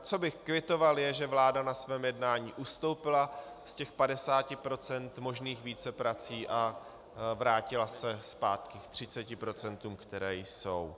Co bych kvitoval, je, že vláda na svém jednání ustoupila z těch 50 % možných víceprací a vrátila se zpátky k 30 %, které jsou.